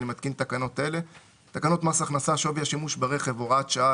אני מתקין תקנות אלה: בתקנות מס הכנסה (שווי השימוש ברכב) (הוראת שעה),